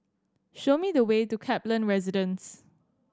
show me the way to Kaplan Residence